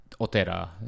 Otera